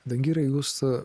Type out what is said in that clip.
dangirai jūs